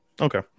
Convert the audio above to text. Okay